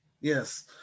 Yes